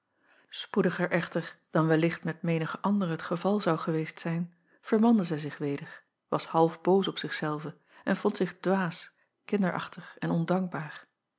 poediger echter dan wellicht met menige andere het geval zou geweest zijn vermande zij zich weder was half boos op zich zelve en vond zich dwaas kinderachtig en ondankbaar